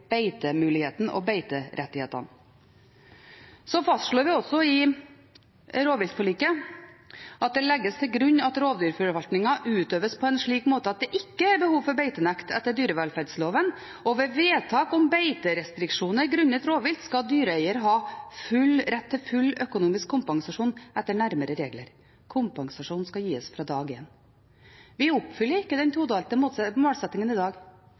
beitemuligheten og beiterettighetene. Så fastslår vi også i rovviltforliket: «Det legges til grunn at rovdyrforvaltningen utøves på en slik måte at det ikke er behov for beitenekt etter dyrevelferdsloven . Ved vedtak om beiterestriksjoner grunnet rovvilt skal dyreeier ha rett til full økonomisk kompensasjon etter nærmere regler. Kompensasjonen skal gis fra dag én.» Vi oppfyller ikke den todelte målsettingen i dag.